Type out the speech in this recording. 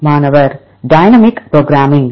மாணவர் dynamic programming